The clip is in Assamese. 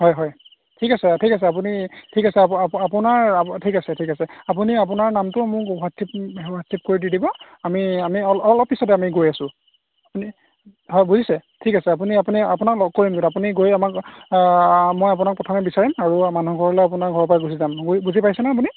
হয় হয় ঠিক আছে ঠিক আছে আপুনি ঠিক আছে আপোনাৰ ঠিক আছে ঠিক আছে আপুনি আপোনাৰ নামটো মোক হোৱাটচআপ হোৱাটচআপ কৰি দি দিব আমি আমি অলপ পিছতে আমি গৈ আছোঁ আপুনি হয় বুজিছে ঠিক আছে আপুনি আপুনি আপোনাক লগ কৰিম গৈ আপুনি গৈয়ে আমাক মই আপোনাক প্ৰথমে বিচাৰিম আৰু এই মানুহ ঘৰলৈ আপোনাৰ ঘৰৰপৰাই গুচি যাম বুজি পাইছেনে আপুনি